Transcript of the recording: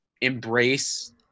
embrace